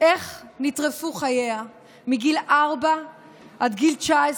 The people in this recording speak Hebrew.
איך נטרפו חייה מגיל 4 עד גיל 19,